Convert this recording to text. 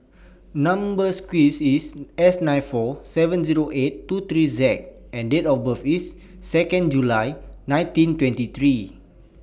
Number sequence IS S nine four seven Zero eight two three Z and Date of birth IS Second July nineteen twenty three